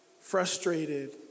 frustrated